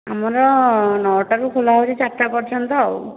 ଆମର ନଅଟାରୁ ଖୋଲା ହେଉଛି ଚାରିଟା ପର୍ଯ୍ୟନ୍ତ ଆଉ